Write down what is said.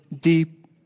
deep